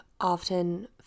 often